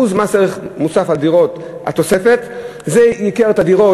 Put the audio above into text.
התוספת של 1% במס ערך מוסף על דירות תייקר את הדירות,